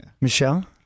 Michelle